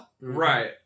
Right